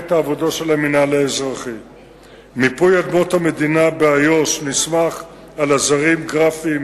4. האם הדבר תואם את ההבנות עם ארצות-הברית?